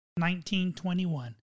1921